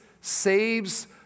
saves